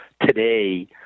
today